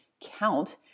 count